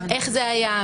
איך זה היה,